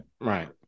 right